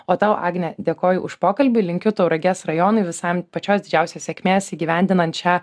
o tau agne dėkoju už pokalbį linkiu tauragės rajonui visam pačios didžiausios sėkmės įgyvendinant šią